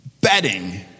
betting